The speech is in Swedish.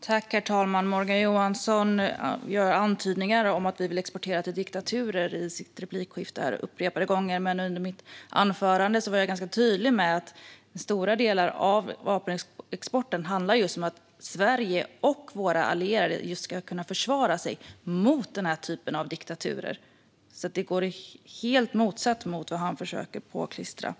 Herr talman! Morgan Johansson har i sina repliker upprepade gånger gjort antydningar om att vi skulle vilja exportera till diktaturer. Men i mitt huvudanförande var jag ganska tydlig med att stora delar av vapenexporten handlar om att Sverige och våra allierade ska kunna försvara sig mot den här typen av diktaturer. Det är alltså helt motsatt mot vad han försöker påklistra mig.